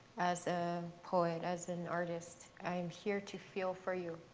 as a poet, as an artist. i am here to feel for you.